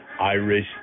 irish